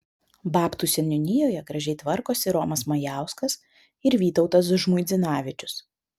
babtų seniūnijoje gražiai tvarkosi romas majauskas ir vytautas žmuidzinavičius